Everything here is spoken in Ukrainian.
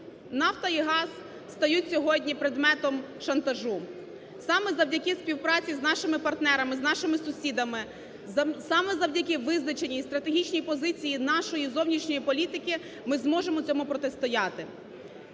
Нафта і газ стають сьогодні предметом шантажу. Саме завдяки співпраці з нашими партнерами, з нашими сусідами, саме завдяки визначеній і стратегічній позиції нашої зовнішньої політики ми зможемо цьому протистояти.